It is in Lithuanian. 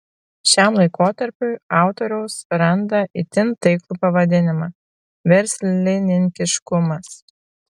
šiam laikotarpiui autoriaus randa itin taiklų pavadinimą verslininkiškumas